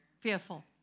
fearful